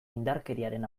indarkeriaren